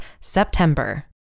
September